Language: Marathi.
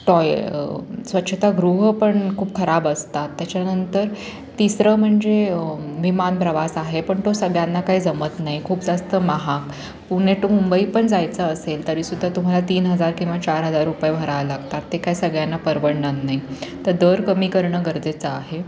टॉय स्वच्छतागृह पण खूप खराब असतात त्याच्यानंतर तिसरं म्हणजे विमानप्रवास आहे पण तो सगळ्यांना काही जमत नाही खूप जास्त महाग पुणे टू मुंबई पण जायचं असेल तरी सुद्धा तुम्हाला तीन हजार किंवा चार हजार रुपये भरावे लागतात ते काय सगळ्यांना परवडणार नाही तर दर कमी करणं गरजेचं आहे